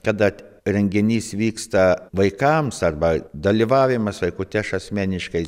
kada renginys vyksta vaikams arba dalyvavimas vaikų tai aš asmeniškai